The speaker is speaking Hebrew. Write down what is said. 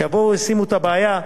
שישימו את הבעיה,